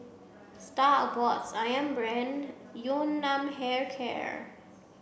Star Awards Ayam Brand Yun Nam Hair Care